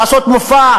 לעשות מופע.